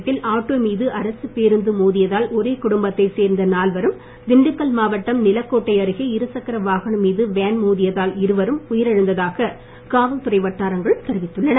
தேனி மாவட்டத்தில் ஆட்டோ மீது அரசுப் பேருந்து மோதியதால் ஒரே குடும்பத்தைச் சேர்ந்த நால்வரும் திண்டுக்கல் மாவட்டம் நிலக்கோட்டை அருகே இருசக்கர வாகனம் மீது வேன் மோதியதால் இருவரும் உயிர் இழந்ததாக காவல்துறை வட்டாரங்கள் தெரிவித்துள்ளன